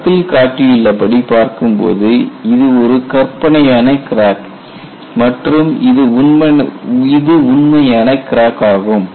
படத்தில் காட்டியுள்ளபடி பார்க்கும்போது இது ஒரு கற்பனையான கிராக் மற்றும் இது உண்மையான கிராக் ஆகும்